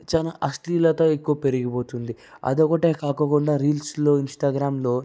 చాలా అశ్లీలత ఎక్కువ పెరిగిపోతుంది అది ఒకటే కాకుండా రీల్స్లో ఇంస్టాగ్రామ్లో